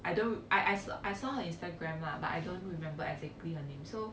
I don't I I I saw her Instagram lah but I don't remember exactly her name so